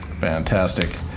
Fantastic